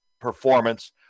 performance